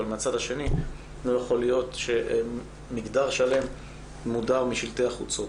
אבל מצד שני לא יכול להיות שמגדר שלם מודר משלטי החוצות.